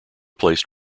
placed